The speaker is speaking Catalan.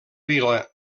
vila